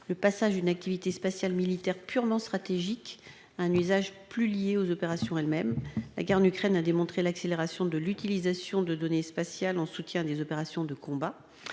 le passage d'une activité spatiale militaire purement stratégique à un usage plus lié aux opérations elles-mêmes- la guerre en Ukraine a démontré l'accélération de l'utilisation des données spatiales en soutien des opérations de combat